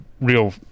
real